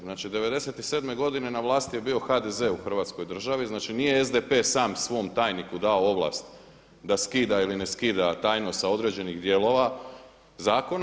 Znači '97. godine na vlasti je bio HDZ u Hrvatskoj državi, znači nije SDP sam svom tajniku dao ovlast da skida ili ne skida tajnost sa određenih dijelova zakona.